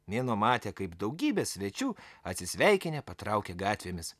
mėnuo matė kaip daugybė svečių atsisveikinę patraukė gatvėmis